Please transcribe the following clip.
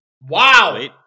Wow